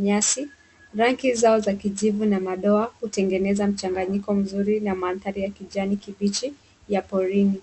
nyasi. Rangi zao za kijivu na madoa hutengeneza mchanganyiko mzuri na mandhari ya kijani kibichi ya porini.